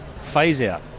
phase-out